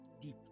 Deep